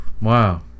Wow